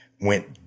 went